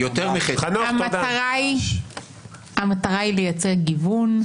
האם המטרה היא לייצג גיוון,